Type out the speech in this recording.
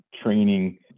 training